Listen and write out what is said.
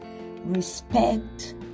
respect